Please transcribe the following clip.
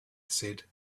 said